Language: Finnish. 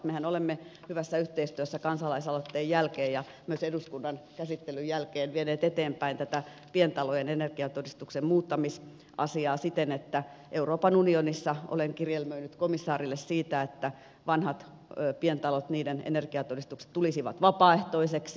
mehän olemme hyvässä yhteistyössä kansalaisaloitteen jälkeen ja myös eduskunnan käsittelyn jälkeen vieneet eteenpäin tätä pientalojen energiatodistuksen muuttamisasiaa siten että euroopan unionissa olen kirjelmöinyt komissaarille siitä että vanhojen pientalojen energiatodistukset tulisivat vapaaehtoiseksi